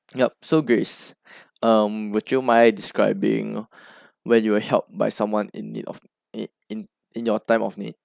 yup so grace um would you mind describing when you were helped by someone in need of it in in your time of need